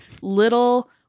little